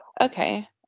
Okay